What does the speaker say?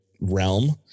realm